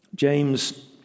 James